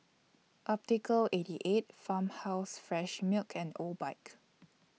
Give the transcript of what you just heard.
Optical eighty eight Farmhouse Fresh Milk and Obike